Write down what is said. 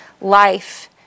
life